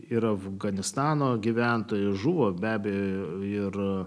ir afganistano gyventojai žuvo be abejo ir